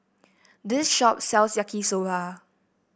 this shop sells Yaki Soba